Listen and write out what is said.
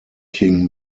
king